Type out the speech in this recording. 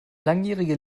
langjährige